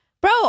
Bro